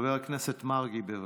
חבר הכנסת מרגי, בבקשה.